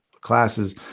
classes